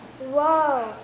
Whoa